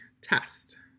Test